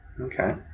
Okay